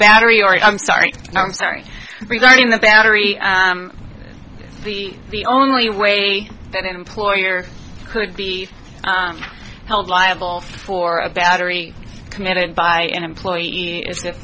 battery or i'm sorry i'm sorry regarding the battery the the only way that employer could be held liable for a battery committed by an employee is